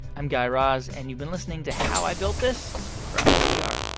i'm guy raz, and you've been listening to how i built this from npr